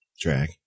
Drag